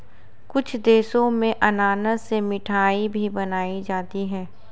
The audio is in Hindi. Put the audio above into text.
कुछ देशों में अनानास से मिठाई भी बनाई जाती है